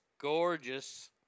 gorgeous